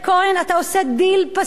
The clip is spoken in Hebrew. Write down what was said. אתה עושה דיל פסול,